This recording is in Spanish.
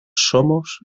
somos